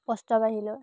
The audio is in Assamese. প্ৰস্তাৱ আহিলে